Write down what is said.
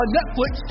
Netflix